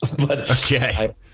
Okay